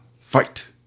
fight